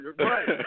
Right